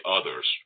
others